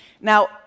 Now